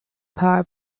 power